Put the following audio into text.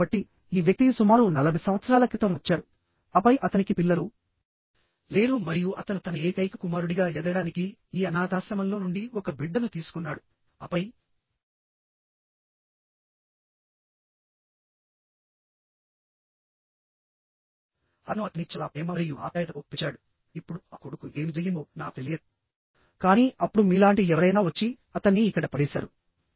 కాబట్టి ఈ వ్యక్తి సుమారు 40 సంవత్సరాల క్రితం వచ్చాడు ఆపై అతనికి పిల్లలు లేరు మరియు అతను తన ఏకైక కుమారుడిగా ఎదగడానికి ఈ అనాథాశ్రమంలో నుండి ఒక బిడ్డను తీసుకున్నాడు ఆపై అతను అతన్ని చాలా ప్రేమ మరియు ఆప్యాయతతో పెంచాడు ఇప్పుడు ఆ కొడుకుకు ఏమి జరిగిందో నాకు తెలియదు కానీ అప్పుడు మీలాంటి ఎవరైనా వచ్చి అతన్ని ఇక్కడ పడేశారు